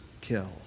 kill